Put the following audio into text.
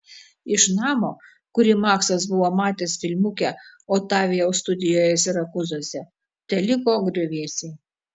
iš namo kurį maksas buvo matęs filmuke otavijaus studijoje sirakūzuose teliko griuvėsiai